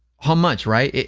how much, right?